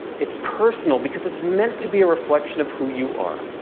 it's personal because it's meant to be a reflection of who you are.